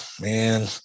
man